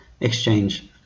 exchange